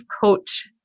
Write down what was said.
coach